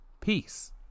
Peace